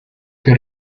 que